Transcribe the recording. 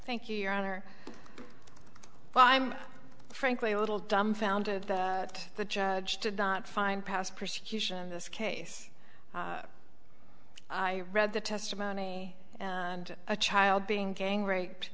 thank you your honor well i'm frankly a little dumbfounded that the judge did not find past persecution in this case i read the testimony and a child being gang raped